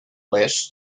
less